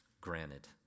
granted